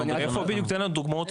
תן לנו דוגמאות,